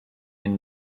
and